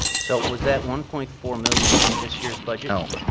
so, was that one point four million in this year's budget? no,